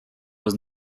was